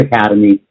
academy